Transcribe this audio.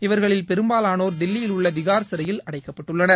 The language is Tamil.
இவர்களில் பெரும்பாலோர் தில்லியில் உள்ள திஹார் சிறையில் அடைக்கப்பட்டுள்ளனர்